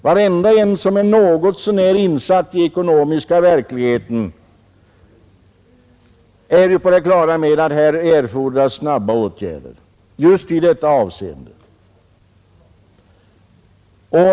Varenda en som är något så när insatt i ekonomiska realiteter inser att det erfordras snabba åtgärder just i detta avseende.